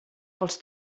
pels